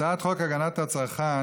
הצעת חוק הגנת הצרכן.